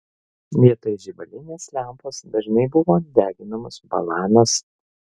vietoj žibalinės lempos dažnai buvo deginamos balanos